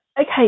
okay